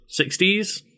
60s